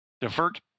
divert